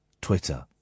Twitter